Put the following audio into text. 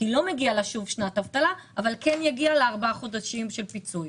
לא מגיעה לה שנת אבטלה אבל כן יגיעו לה ארבעה חודשים של פיצוי